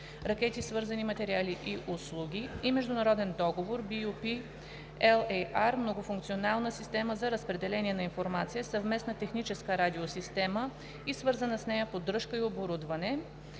ракети, свързани материали и услуги“, международен договор BU P-LAR „Многофункционална система за разпределение на информация – Съвместна тактическа радиосистема и свързана с нея поддръжка и оборудване“